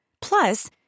Plus